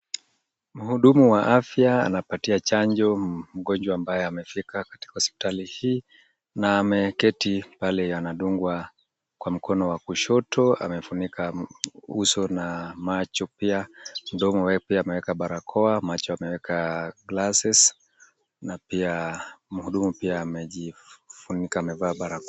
Mhudumu wa afya anapatia chanjo mgonjwa ambaye amefika katika hospitali hii na ameketi pale anadungwa kwa mkono wa kushoto. Amefunika uso na macho pia. Mdomo pia ameweka barakoa, macho ameweka glasses na pia mhudumu pia amejifunika amevaa barakoa.